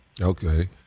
Okay